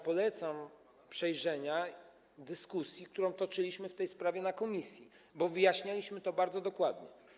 Polecam przejrzenie dyskusji, którą toczyliśmy w tej sprawie w komisji, bo wyjaśnialiśmy to bardzo dokładnie.